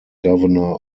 governor